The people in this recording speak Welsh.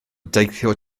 deithio